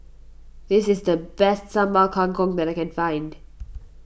this is the best Sambal Kangkong that I can find